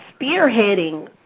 spearheading